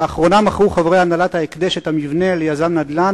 לאחרונה מכרו חברי הנהלת ההקדש את המבנה ליזם נדל"ן,